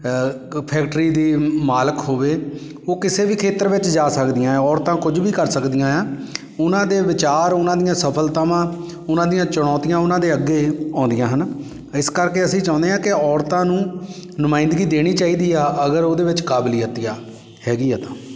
factory ਦੀ ਮਾਲਕ ਹੋਵੇ ਉਹ ਕਿਸੇ ਵੀ ਖੇਤਰ ਵਿੱਚ ਜਾ ਸਕਦੀਆਂ ਔਰਤਾਂ ਕੁਝ ਵੀ ਕਰ ਸਕਦੀਆਂ ਆ ਉਨ੍ਹਾਂ ਦੇ ਵਿਚਾਰ ਉਨ੍ਹਾਂ ਦੀਆਂ ਸਫਲਤਾਵਾਂ ਉਨ੍ਹਾਂ ਦੀਆਂ ਚੁਣੌਤੀਆਂ ਉਨ੍ਹਾਂ ਦੇ ਅੱਗੇ ਆਉਂਦੀਆਂ ਹਨ ਇਸ ਕਰਕੇ ਅਸੀਂ ਚਾਹੁੰਦੇ ਹਾਂ ਕਿ ਔਰਤਾਂ ਨੂੰ ਨੁਮਾਇੰਦਗੀ ਦੇਣੀ ਚਾਹੀਦੀ ਆ ਅਗਰ ਉਹਦੇ ਵਿੱਚ ਕਾਬਲੀਅਤ ਆ ਹੈਗੀ ਆ ਤਾਂ